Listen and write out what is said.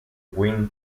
win